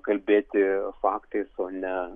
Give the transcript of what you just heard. kalbėti faktais o ne